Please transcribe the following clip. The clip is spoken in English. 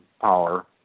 power